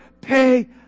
pay